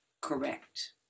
correct